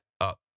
up